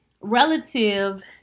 relative